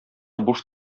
буш